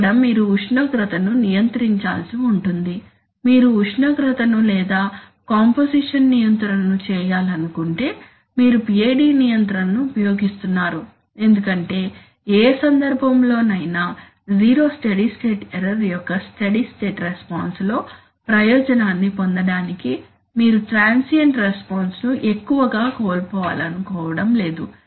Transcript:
అక్కడ మీరు ఉష్ణోగ్రతను నియంత్రించాల్సి ఉంటుంది మీరు ఉష్ణోగ్రత లేదా కాంపోసిషన్ నియంత్రణను చేయాలనుకున్నప్పుడు మీరు PID నియంత్రణను ఉపయోగిస్తున్నారు ఎందుకంటే ఏ సందర్భంలోనైనా జీరో స్టడీ స్టేట్ ఎర్రర్ యొక్క స్టడీ స్టేట్ రెస్పాన్స్ లో ప్రయోజనాన్ని పొందడానికి మీరు ట్రాన్సియెంట్ రెస్పాన్స్ ను ఎక్కువగా కోల్పోవాలనుకోవడం లేదు